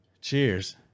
Cheers